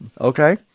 Okay